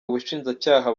ubushinjacyaha